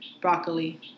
Broccoli